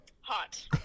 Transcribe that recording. Hot